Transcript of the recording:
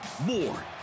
More